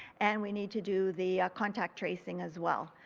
and we need to do the contract tracing as well.